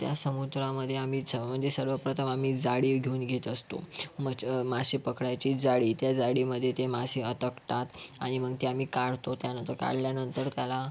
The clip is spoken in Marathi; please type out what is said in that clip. त्या समुद्रामध्ये आम्ही म्हणजे सर्वप्रथम आम्ही जाळी घेऊन घेत असतो मछ मासे पकडायची जाळी त्या जाळीमध्ये ते मासे अडकतात आणि मग ते आम्ही काढतो त्यानंतर काढल्यानंतर त्याला